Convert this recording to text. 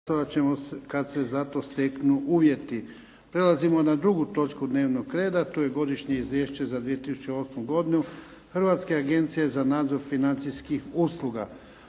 **Jarnjak, Ivan (HDZ)** Prelazimo na drugu točku dnevnog reda - Godišnje izvješće za 2008. godinu Hrvatske agencije za nadzor financijskih usluga